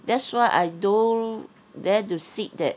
that's why I don't dare to seat that